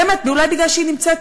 באמת, אולי כי היא נמצאת